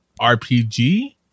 RPG